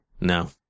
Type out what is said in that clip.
No